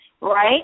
right